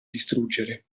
distruggere